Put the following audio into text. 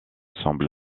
semble